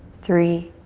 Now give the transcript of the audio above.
three,